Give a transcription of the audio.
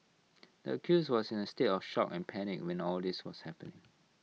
the accuse was in A state of shock and panic when all this was happening